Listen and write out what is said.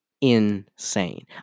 insane